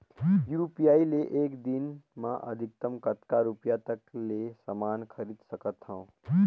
UPI ले एक दिन म अधिकतम कतका रुपिया तक ले समान खरीद सकत हवं?